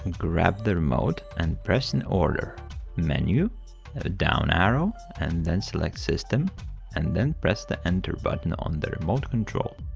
and grab the remote and press in order menu a down arrow and then select system and then press the enter button on the remote control.